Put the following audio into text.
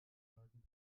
läuten